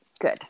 Good